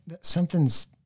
Something's